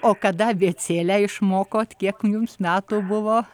o kada abėcėlę išmokote kiek jums metų buvo